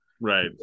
Right